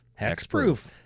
Hexproof